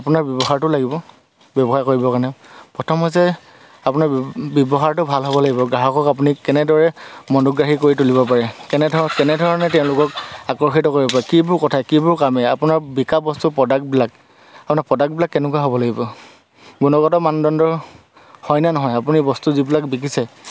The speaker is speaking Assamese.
আপোনাৰ ব্যৱহাৰটো লাগিব ব্যৱসায় কৰিবৰ কাৰণে প্ৰথম হৈছে আপোনাৰ ব্যৱহাৰটো ভাল হ'ব লাগিব গ্ৰাহকক আপুনি কেনেদৰে মনোগ্ৰাহী কৰি তুলিব পাৰে কেনেধৰ কেনেধৰণে তেওঁলোকক আকৰ্ষিত কৰিব পাৰে কিবোৰ কথাই কিবোৰ কামে আপোনাৰ বিকা বস্তু প্ৰডাক্টবিলাক আপোনাৰ প্ৰডাক্টবিলাক কেনেকুৱা হ'ব লাগিব গুণগত মানদণ্ডৰ হয়নে নহয় আপুনি বস্তু যিবিলাক বিকিছে